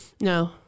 No